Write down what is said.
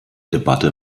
debatte